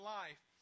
life